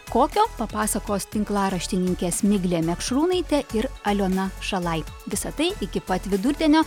kokio papasakos tinklaraštininkės miglė mekšrūnaitė ir aliona šalai visa tai iki pat vidurdienio